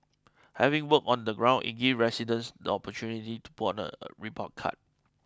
having worked on the ground it gives residents the opportunity to put out a report card